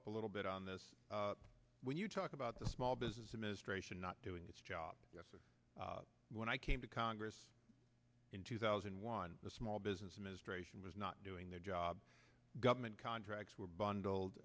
up a little bit on this when you talk about the small business administration not doing its job when i came to congress in two thousand and one the small business administration was not doing their job government contracts were bundled